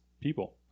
people